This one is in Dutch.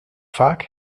vaak